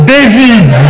David